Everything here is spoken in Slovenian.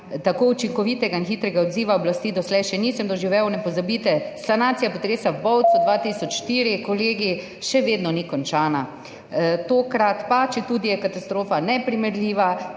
»Tako učinkovitega in hitrega odziva oblasti doslej še nisem doživel. Ne pozabite, sanacija potresa v Bovcu 2004, kolegi, še vedno ni končana. Tokrat pa, četudi je katastrofa neprimerljiva,